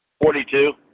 Forty-two